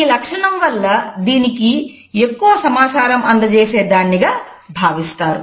ఈ లక్షణం వల్ల దీన్ని ఎక్కువ సమాచారం అందజేసే దానిగా భావిస్తారు